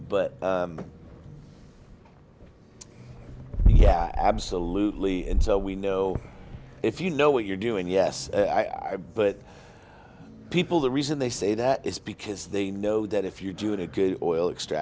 but yeah absolutely and so we know if you know what you're doing yes i but people the reason they say that is because they know that if you do a good oil extra